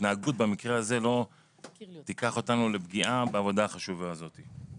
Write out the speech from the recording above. ההתנהגות במקרה הזה לא תיקח אותנו לפגיעה בעבודה החשובה הזאת.